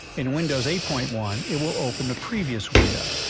in windows eight point one it will open the previous window.